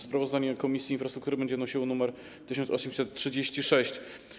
Sprawozdanie Komisji Infrastruktury będzie miało nr 1836.